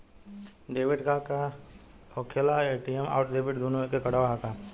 Debit card का होखेला और ए.टी.एम आउर डेबिट दुनों एके कार्डवा ह का?